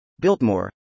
Biltmore